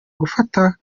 gufata